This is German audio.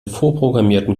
vorprogrammierten